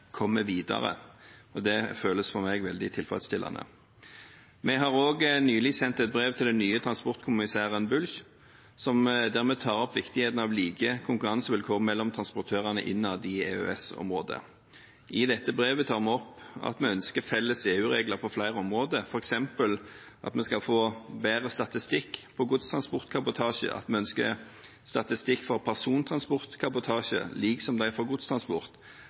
kommer videre. Det føles for meg veldig tilfredsstillende. Vi har også nylig sendt et brev til den nye transportkommissæren, Bulc, som tar opp viktigheten av like konkurransevilkår mellom transportørene innad i EØS-området. I dette brevet tar vi opp at vi ønsker felles EU-regler på flere områder, f.eks. at vi skal få bedre statistikk på godstransportkabotasje, at vi ønsker statistikk for persontransportkabotasje som det er for godstransport,